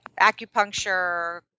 acupuncture